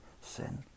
sin